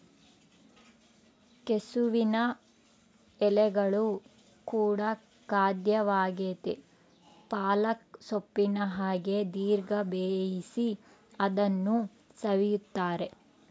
ಕೆಸುವಿನ ಎಲೆಗಳು ಕೂಡ ಖಾದ್ಯವಾಗೆತೇ ಪಾಲಕ್ ಸೊಪ್ಪಿನ ಹಾಗೆ ದೀರ್ಘ ಬೇಯಿಸಿ ಅದನ್ನು ಸವಿಯುತ್ತಾರೆ